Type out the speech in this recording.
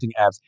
apps